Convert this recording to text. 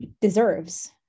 deserves